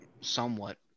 Somewhat